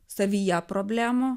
savyje problemų